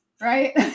Right